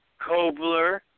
Kobler